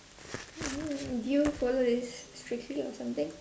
do you follow this strictly or something